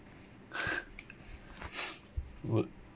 would